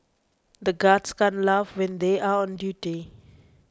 the guards can't laugh when they are on duty